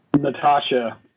Natasha